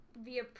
via